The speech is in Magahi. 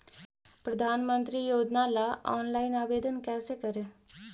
प्रधानमंत्री योजना ला ऑनलाइन आवेदन कैसे करे?